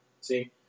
See